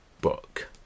book